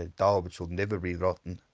ah daub, it should never be rotten,